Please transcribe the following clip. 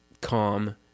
calm